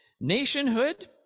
Nationhood